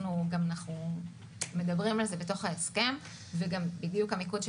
אנחנו מדברים על זה בתוך ההסכם וגם המיקוד של